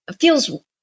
feels